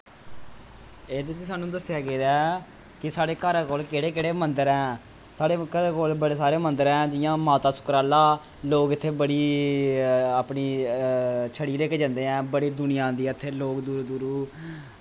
एह्दे च सानूं दस्सेआ गेदा ऐ कि साढ़े घरै कोल केह्ड़े केह्ड़े मन्दर ऐ साढ़े घरै कोल बड़े सारे मंदर ऐ जियां माता सुकराला लोक इत्थें बड़ी अपनी छड़ी ले के जंदे ऐ बड़ी दुनियां आंदी ऐ इत्थें लोग दूरों दूरों